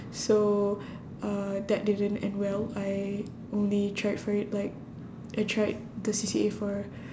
so uh that didn't end well I only tried for it like I tried the C_C_A for